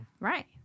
Right